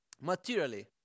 materially